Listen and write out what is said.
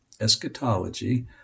eschatology